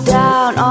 down